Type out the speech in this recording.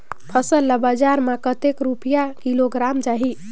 फसल ला बजार मां कतेक रुपिया किलोग्राम जाही?